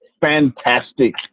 fantastic